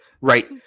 Right